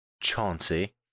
Chauncey